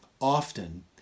often